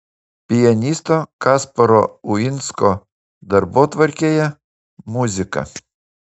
pianisto kasparo uinsko darbotvarkėje muzika